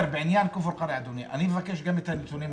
בעניין כפר קרע, אדוני, אני מבקש גם את הנתונים.